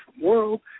world